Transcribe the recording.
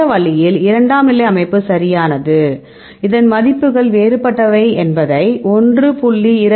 இந்த வழியில் இரண்டாம் நிலை அமைப்பு சரியானது இதன் மதிப்புகள் வேறுபட்டவை என்பதை 1